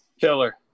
Killer